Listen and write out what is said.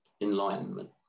enlightenment